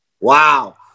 wow